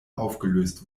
aufgelöst